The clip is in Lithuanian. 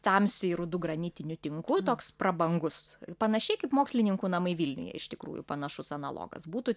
tamsiai rudu granitiniu tinku toks prabangus panašiai kaip mokslininkų namai vilniuje iš tikrųjų panašus analogas būtų